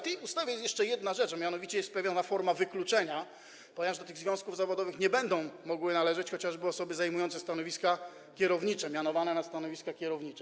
Ale w tej ustawie jest jeszcze jedna rzecz, a mianowicie jest pewna forma wykluczenia, ponieważ do tych związków zawodowych nie będą mogły należeć chociażby osoby zajmujące stanowiska kierownicze, mianowane na stanowiska kierownicze.